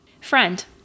Friend